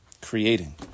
creating